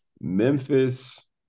Memphis